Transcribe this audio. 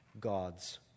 God's